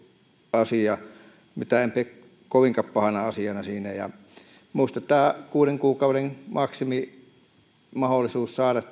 asia ja sitä en pidä kovinkaan pahana asiana siinä minusta tämä kuuden kuukauden maksimimahdollisuus saada